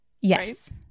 Yes